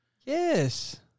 Yes